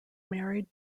married